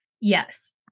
Yes